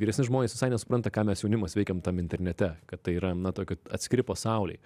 vyresni žmonės visai nesupranta ką mes jaunimas veikiam tam internete kad tai yra na tokie atskiri pasauliai